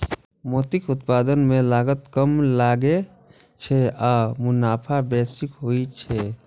मोतीक उत्पादन मे लागत कम लागै छै आ मुनाफा बेसी होइ छै